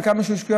וכמה שהוא השקיע,